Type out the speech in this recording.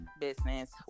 business